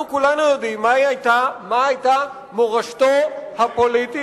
אנחנו כולנו יודעים מה היתה מורשתו הפוליטית,